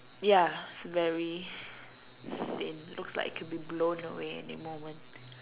ya it's very faint looks like it could be blown away any moment